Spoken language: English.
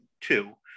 two